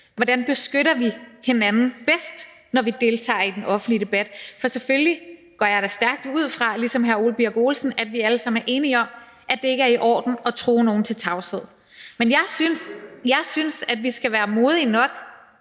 hvordan vi beskytter hinanden bedst, når vi deltager i den offentlige debat. For selvfølgelig går jeg da ligesom hr. Ole Birk Olesen stærkt ud fra, at vi alle sammen er enige om, at det ikke er i orden at true nogen til tavshed. Men jeg synes, at vi skal være modige nok